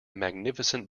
magnificent